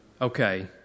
Okay